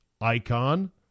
icon